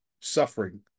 suffering